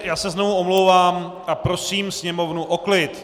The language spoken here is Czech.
Já se znovu omlouvám a prosím sněmovnu o klid.